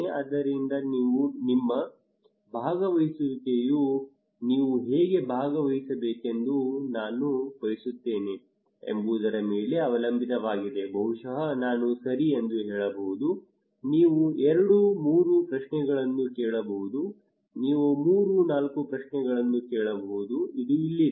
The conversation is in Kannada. ಆದ್ದರಿಂದ ನಿಮ್ಮ ಭಾಗವಹಿಸುವಿಕೆಯು ನೀವು ಹೇಗೆ ಭಾಗವಹಿಸಬೇಕೆಂದು ನಾನು ಬಯಸುತ್ತೇನೆ ಎಂಬುದರ ಮೇಲೆ ಅವಲಂಬಿತವಾಗಿದೆ ಬಹುಶಃ ನಾನು ಸರಿ ಎಂದು ಹೇಳಬಹುದು ನೀವು ಎರಡು ಮೂರು ಪ್ರಶ್ನೆಗಳನ್ನು ಕೇಳಬಹುದು ನೀವು ಮೂರು ನಾಲ್ಕು ಪ್ರಶ್ನೆಗಳನ್ನು ಕೇಳಬಹುದು ಅದು ಇಲ್ಲಿದೆ